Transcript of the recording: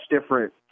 different